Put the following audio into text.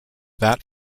that